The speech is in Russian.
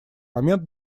момент